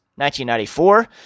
1994